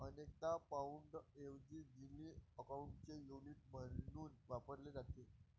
अनेकदा पाउंडऐवजी गिनी अकाउंटचे युनिट म्हणून वापरले जाते